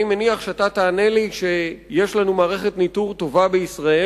אני מניח שאתה תענה לי שיש לנו מערכת ניטור טובה בישראל,